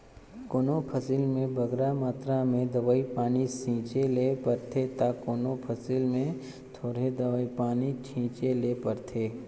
कोनो फसिल में बगरा मातरा में दवई पानी छींचे ले परथे ता कोनो फसिल में थोरहें दवई पानी छींचे ले परथे